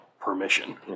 permission